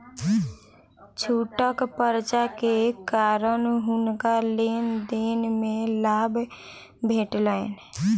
छूटक पर्चा के कारण हुनका लेन देन में लाभ भेटलैन